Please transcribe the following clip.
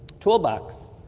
toolbox.